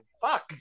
fuck